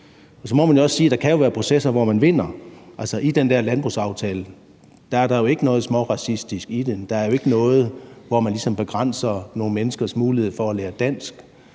jo kan være processer, hvor man vinder; altså, i den der landbrugsaftale er der jo ikke noget småracistisk, der er ikke noget, hvor man ligesom begrænser nogle menneskers mulighed for at lære dansk.